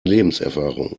lebenserfahrung